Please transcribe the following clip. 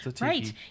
Right